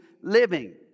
living